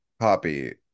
copy